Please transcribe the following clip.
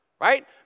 right